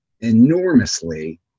enormously